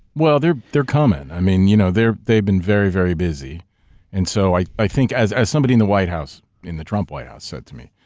well, they're they're coming. i mean, you know they've been very very busy and so i i think as as somebody in the white house, in the trump white house said to me,